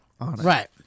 Right